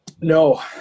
No